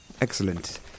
Excellent